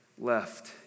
left